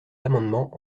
amendements